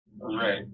Right